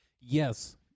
Yes